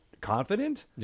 confident